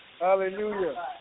Hallelujah